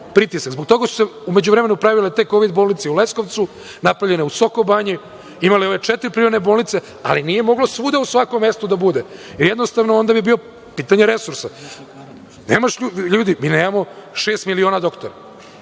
Zbog toga su se u međuvremenu pravile te COVID bolnice i u Leskovcu, napravljene u Soko Banji, imale ove četiri privremene bolnice, ali nije moglo svuda u svakom mestu da bude, jednostavno, onda bi bilo pitanje resursa. Ljudi, mi nemamo šest miliona doktora,